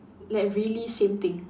like really same thing